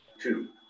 Two